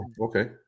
okay